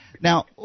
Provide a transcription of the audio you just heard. Now